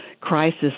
crisis